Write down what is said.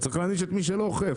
צריך להעניש את מי שלא אוכף.